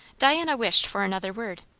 diana wished for another word.